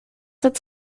its